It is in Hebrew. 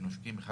נושקים אחד